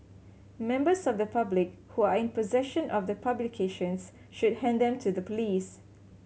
members of the public who are in possession of the publications should hand them to the police